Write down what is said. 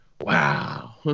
wow